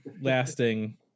lasting